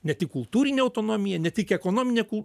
ne tik kultūrinę autonomiją ne tik ekonominę kul